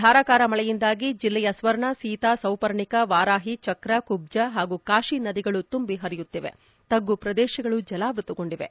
ಧಾರಾಕಾರ ಮಳೆಯಿಂದಾಗಿ ಜಿಲ್ಲೆಯ ಸ್ವರ್ಣ ಸೀತಾ ಸೌಪರ್ಣಿಕ ವಾರಾಹಿ ಚಕ್ರ ಕುಬ್ಜ ಹಾಗೂ ಕಾಶಿ ನದಿಗಳು ತುಂಬಿ ಹರಿಯುತ್ತಿವೆ ತಗ್ಗು ಪ್ರದೇಶಗಳು ಜಲಾವೃತಗೊಂಡಿವೆ